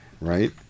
right